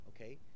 Okay